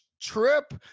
trip